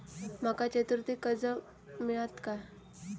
माका चतुर्थीक कर्ज मेळात काय?